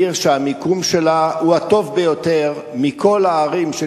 עיר שהמיקום שלה הוא הטוב ביותר מכל הערים.